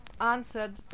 answered